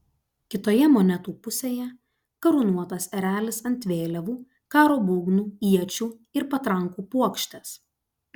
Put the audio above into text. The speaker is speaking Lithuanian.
kitoje monetų pusėje karūnuotas erelis ant vėliavų karo būgnų iečių ir patrankų puokštės